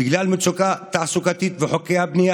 בגלל מצוקה תעסוקתית וחוקי הבנייה